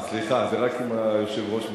סליחה, זה רק אם היושב-ראש מסכים.